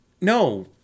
No